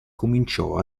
cominciò